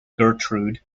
gertrude